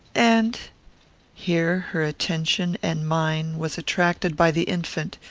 and here her attention and mine was attracted by the infant,